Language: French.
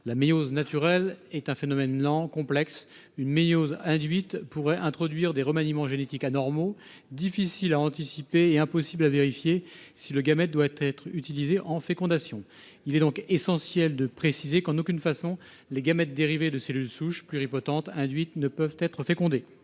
La méiose naturelle est un phénomène lent et complexe. Une méiose induite pourrait introduire des remaniements génétiques anormaux, difficiles à anticiper et impossibles à vérifier si le gamète devait être utilisé en fécondation. Il est donc essentiel de préciser que les gamètes dérivés de cellules souches pluripotentes induites ne peuvent en aucune